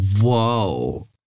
whoa